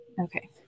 okay